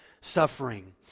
suffering